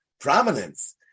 prominence